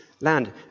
land